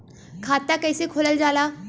खाता कैसे खोलल जाला?